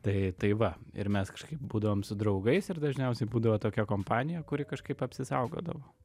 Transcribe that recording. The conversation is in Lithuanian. tai tai va ir mes kažkaip būdavom su draugais ir dažniausiai būdavo tokia kompanija kuri kažkaip apsisaugodavo